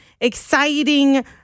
exciting